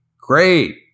great